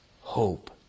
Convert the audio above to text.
hope